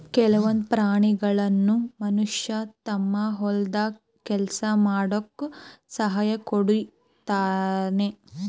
ಕೆಲವೊಂದ್ ಪ್ರಾಣಿಗಳನ್ನ್ ಮನಷ್ಯ ತಮ್ಮ್ ಹೊಲದ್ ಕೆಲ್ಸ ಮಾಡಕ್ಕ್ ಸಾಕೊಂಡಿರ್ತಾನ್